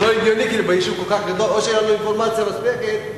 אין אינפורמציה מספקת.